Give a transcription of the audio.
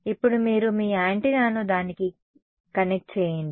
ఇప్పుడు మీరు మీ యాంటెన్నాను దానికి కుడికి కనెక్ట్ చేయండి